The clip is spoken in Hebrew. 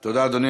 תודה, אדוני.